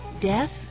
Death